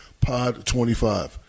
POD25